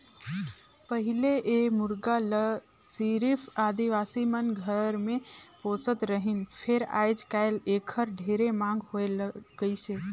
पहिले ए मुरगा ल सिरिफ आदिवासी मन घर मे पोसत रहिन फेर आयज कायल एखर ढेरे मांग होय गइसे